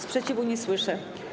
Sprzeciwu nie słyszę.